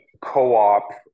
co-op